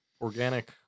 organic